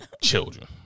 Children